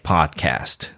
Podcast